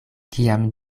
kiam